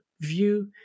view